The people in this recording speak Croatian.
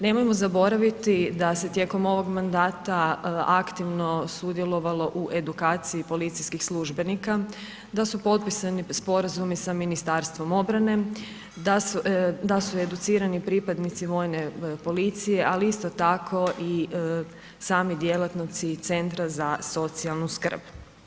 Nemojmo zaboraviti da se tijekom ovog mandata aktivno sudjelovalo u edukaciji policijskih službenika, da su potpisani sporazumi sa Ministarstvom obrane, da su, da su educirani pripadnici vojne policije, ali isto tako i sami djelatnici centra za socijalnu skrb.